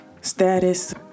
status